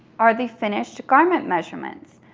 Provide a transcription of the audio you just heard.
are the finished garment measurements.